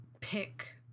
pick